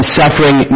suffering